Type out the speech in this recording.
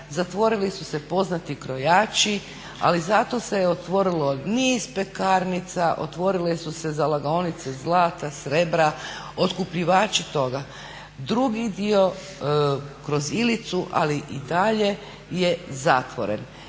zatvorili su se poznati krojači, ali zato se je otvorilo niz pekarnica, otvorile su se zalagaonice zlata, srebra, otkupljivači toga. Drugi dio kroz Ilicu ali i dalje je zatvoren.